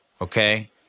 okay